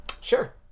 Sure